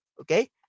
Okay